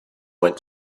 went